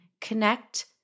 connect